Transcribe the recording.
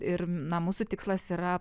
ir na mūsų tikslas yra